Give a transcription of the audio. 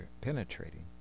penetrating